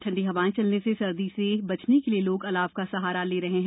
ठंडी हवाएं चलने से सर्दी से बचने के लिए लोग अलाव का सहारा ले रहे हैं